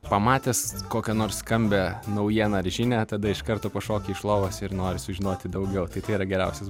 pamatęs kokią nors skambią naujieną ar žinią tada iš karto pašoki iš lovos ir nori sužinoti daugiau tai tai yra geriausias